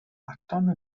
baton